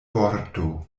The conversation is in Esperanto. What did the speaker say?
vorto